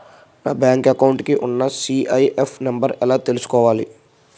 నా bank account కి ఉన్న సి.ఐ.ఎఫ్ నంబర్ ఎలా చూసుకోవాలి?